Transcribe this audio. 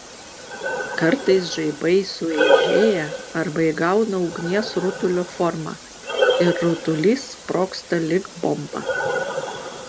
kartais žaibai sueižėja arba įgauna ugnies rutulio formą ir rutulys sprogsta lyg bomba